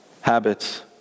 habits